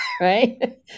right